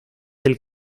del